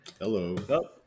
Hello